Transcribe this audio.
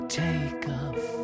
takeoff